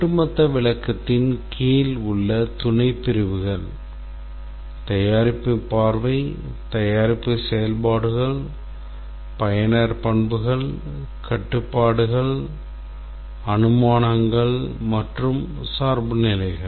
ஒட்டுமொத்த விளக்கத்தின் கீழ் உள்ள துணை பிரிவுகள் தயாரிப்பு பார்வை தயாரிப்பு செயல்பாடுகள் பயனர் பண்புகள் கட்டுப்பாடுகள் அனுமானங்கள் மற்றும் சார்புநிலைகள்